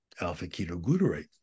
alpha-ketoglutarate